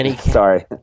Sorry